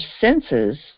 senses